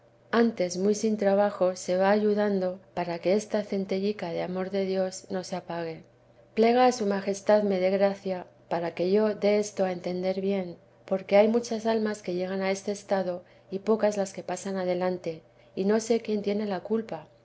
antes muy sin trabajo se va ayudando para que esta centellica de amor de dios no se apague plega a su majestad me dé gracia para que yo dé esto a entender bien porque hay muchas almas que llegan a este estado y pocas las que pasan adelante y no sé quién tiene la culpa